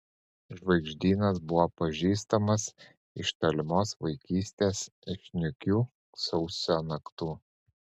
žvaigždynas buvo pažįstamas iš tolimos vaikystės iš niūkių sausio naktų